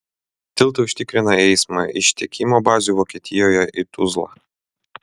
tiltai užtikrina eismą iš tiekimo bazių vokietijoje į tuzlą